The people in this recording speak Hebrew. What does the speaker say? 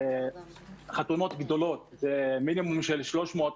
חתונות גדולות עם מינימום 300,